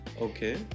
okay